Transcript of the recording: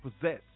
possess